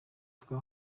twa